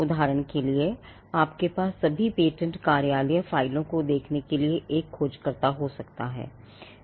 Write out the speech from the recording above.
उदाहरण के लिए आपके पास सभी पेटेंट कार्यालय फ़ाइलों को देखने के लिए एक खोजकर्ता हो सकता है